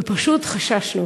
ופשוט חששנו.